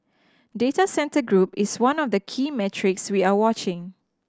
data centre group is one of the key metrics we are watching